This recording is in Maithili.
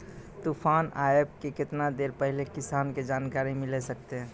तूफान आबय के केतना देर पहिले किसान के जानकारी मिले सकते?